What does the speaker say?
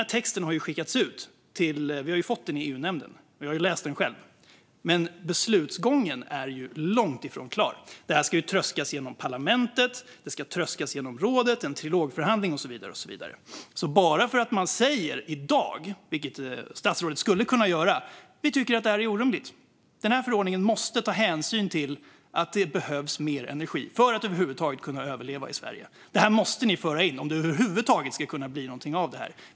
Texten har skickats ut; vi har fått den i EU-nämnden, och jag har själv läst den. Men beslutsgången är långt ifrån klar. Detta ska tröskas genom parlamentet och rådet. Det ska hållas en trilogförhandling och så vidare. Statsrådet skulle i dag kunna säga att vi tycker att detta är orimligt och att förordningen måste ta hänsyn till att det behövs mer energi för att över huvud taget kunna överleva i Sverige - att det måste föras in om det över huvud taget ska kunna bli något av detta.